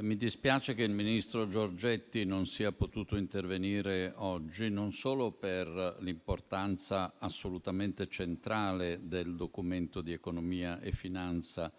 mi dispiace che il ministro Giorgetti non sia potuto intervenire oggi, non solo per l'importanza assolutamente centrale del Documento di economia e finanza,